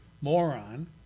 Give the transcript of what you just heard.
moron